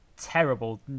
terrible